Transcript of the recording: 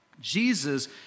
Jesus